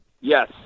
Yes